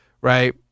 right